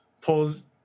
pulls